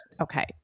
Okay